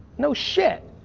no shit.